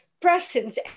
presence